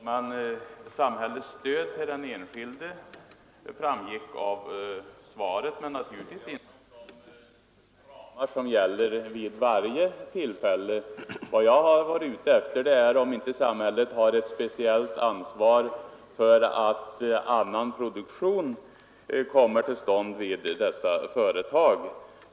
Herr talman! Samhällets stöd till den enskilde framgick visserligen av svaret — men naturligtvis ges det inom de ramar som gäller vid varje tillfälle. Vad jag är ute efter är om inte samhället har ett speciellt ansvar för att annan produktion kommer till stånd vid detta företag.